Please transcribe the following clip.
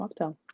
mocktail